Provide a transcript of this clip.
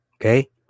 Okay